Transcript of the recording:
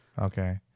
Okay